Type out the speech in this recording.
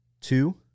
Two